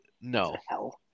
no